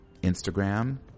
Instagram